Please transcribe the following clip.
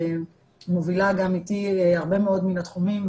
שמובילה גם איתי הרבה מאוד מהתחומים,